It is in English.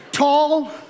tall